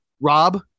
Rob